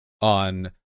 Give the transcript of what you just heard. on